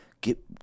get